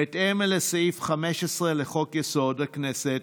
בהתאם לסעיף 15 לחוק-יסוד: הכנסת,